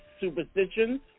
superstitions